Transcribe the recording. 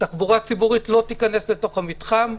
תחבורה ציבורית לא תיכנס למתחם.